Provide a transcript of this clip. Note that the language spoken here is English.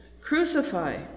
crucify